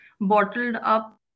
bottled-up